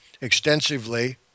extensively